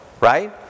right